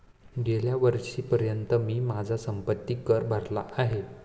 गेल्या वर्षीपर्यंत मी माझा संपत्ति कर भरला आहे